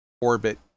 orbit